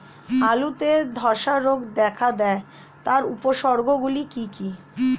আলুতে ধ্বসা রোগ দেখা দেয় তার উপসর্গগুলি কি কি?